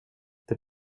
det